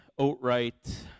outright